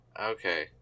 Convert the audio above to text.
Okay